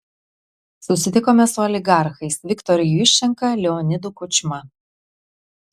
susitikome su oligarchais viktoru juščenka leonidu kučma